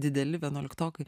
dideli vienuoliktokai